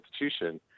institution